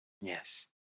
yes